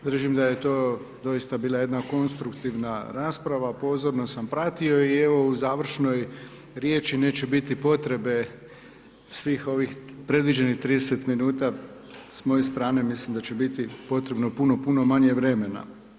Držim da je to doista bila jedna konstruktivna rasprava, pozorno sam pratio i evo u završnoj riječi neće biti potrebe svih ovih predviđenih 30 minuta s moje strane, mislim da će biti potrebno puno, puno manje vremena.